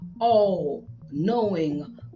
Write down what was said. all-knowing